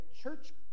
church